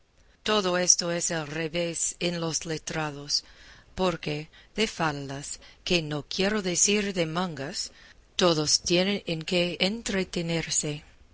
todo esto es al revés en los letrados porque de faldas que no quiero decir de mangas todos tienen en qué entretenerse